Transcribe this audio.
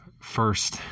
first